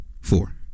four